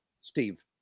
Steve